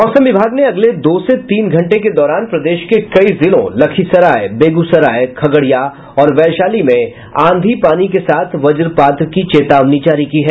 मौसम विभाग ने अगले दो से तीन घंटे के दौरान प्रदेश के कई जिलों लखीसराय बेगूसराय खगड़िया और वैशाली में आंधी पानी के साथ वज्रपात की चेतावनी जारी की है